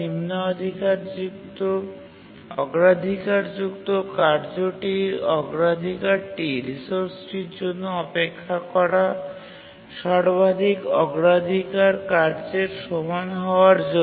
নিম্ন অগ্রাধিকারযুক্ত কার্যটির অগ্রাধিকারটি রিসোর্সটির জন্য অপেক্ষা করা সর্বাধিক অগ্রাধিকার কার্যের সমান হওয়ার জন্য